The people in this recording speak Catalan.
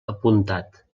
apuntat